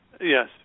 yes